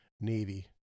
Navy